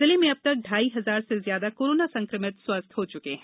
जिले में अब तक ढाई हजार से ज्यादा कोरोना संकमित स्वस्थ हो चुके हैं